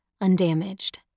undamaged